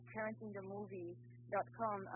ParentingTheMovie.com